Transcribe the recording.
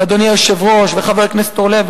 אדוני היושב-ראש וחבר כנסת אורלב,